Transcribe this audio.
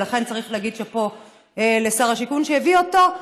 ולכן, צריך להגיד שאפו לשר השיכון שהביא אותו.